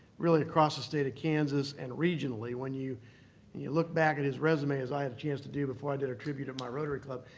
really across the state of kansas and regionally, when you and you look back at his resume, as i had a chance to do before i did a tribute at my rotary club,